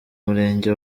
murenge